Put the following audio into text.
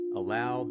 allow